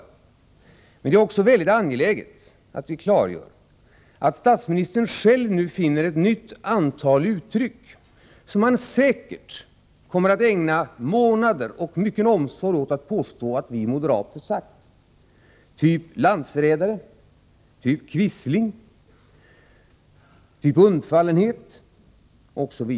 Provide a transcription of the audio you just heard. Men det är också väldigt angeläget att vi klargör att statsministern själv nu finner ett antal uttryck, som han säkert kommer att ägna månader och mycken omsorg åt att påstå att vi moderater fällt — av typen ”landsförrädare”, ” och ”undfallenhet”.